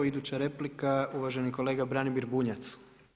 Iduća replika uvaženi kolega Branimir Bunjac.